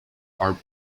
art